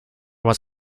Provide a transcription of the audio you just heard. was